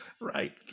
Right